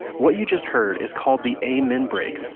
what you just heard is called the amen break,